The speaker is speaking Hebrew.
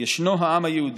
ישנו העם היהודי.